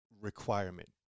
requirement